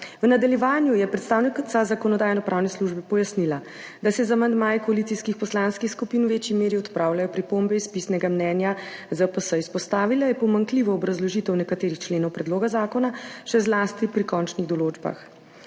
V nadaljevanju je predstavnica Zakonodajno-pravne službe pojasnila, da se z amandmaji koalicijskih poslanskih skupin v večji meri odpravljajo pripombe iz pisnega mnenja ZPS. Izpostavila je pomanjkljiva obrazložitev nekaterih členov predloga zakona, še zlasti pri končnih določbah.